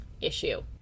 issue